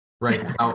Right